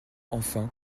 enfin